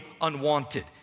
unwanted